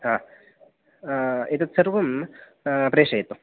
हा एतत् सर्वं प्रेषयतु